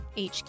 HQ